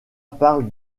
parle